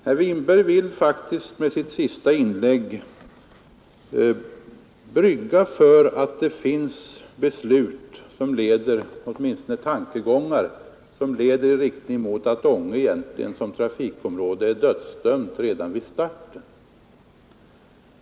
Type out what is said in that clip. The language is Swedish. Herr Winberg vill faktiskt med sitt senaste inlägg brygga för att det finns beslut eller åtminstone tankegångar som leder i riktning mot att Änge egentligen som trafikområde är dödsdömt redan vid starten.